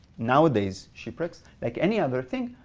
nowadays shipwrecks, like any other thing,